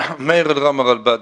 מאיר אלרם, הרלב"ד.